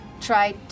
try